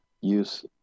use